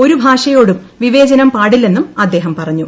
ഒരു ഭാഷയോടും വിവേചനം പാടില്ലെന്നും അദ്ദേഹം പറഞ്ഞു